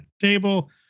table